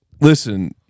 listen